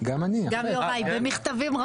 בסוגיה של פסילת יסוד או אפשרות לפסילת חוק יסוד,